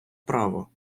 право